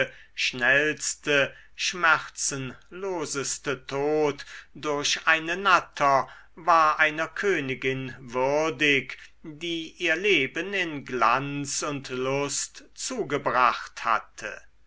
schnellste schmerzenloseste tod durch eine natter war einer königin würdig die ihr leben in glanz und lust zugebracht hatte